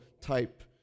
type